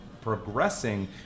progressing